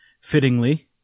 fittingly